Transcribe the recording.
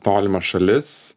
tolimas šalis